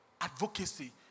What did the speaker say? Advocacy